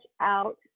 out